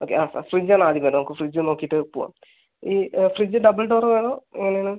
okay ആ ആ fridge അല്ലെ ആദ്യം വരുന്നത് നമുക്ക് ഫ്രിഡ്ജ് ഒന്ന് നോക്കീട്ട് പോവാം ഈ ഫ്രിഡ്ജ് ഡബിൾ ഡോർ വേണോ എങ്ങനെ ആണ്